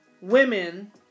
women